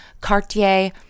Cartier